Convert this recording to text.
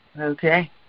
okay